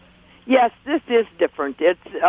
yes, this is different. it's yeah